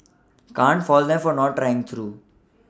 can't fault them for not trying though